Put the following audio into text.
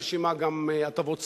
יש עמה גם הטבות שכר,